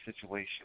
situation